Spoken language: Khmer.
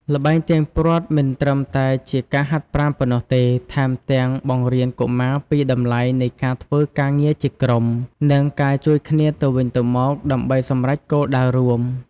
ល្បែងទាញព្រ័ត្រមិនត្រឹមតែជាការហាត់ប្រាណប៉ុណ្ណោះទេ ថែមទាំងបង្រៀនកុមារពីតម្លៃនៃការធ្វើការងារជាក្រុម និងការជួយគ្នាទៅវិញទៅមកដើម្បីសម្រេចគោលដៅរួម។